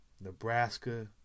Nebraska